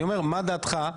אני אומר מה דעתך?